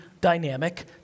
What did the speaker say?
dynamic